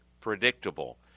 predictable